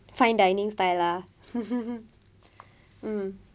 fine dining style lah mm